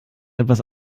etwas